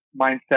mindset